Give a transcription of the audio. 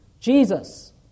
Jesus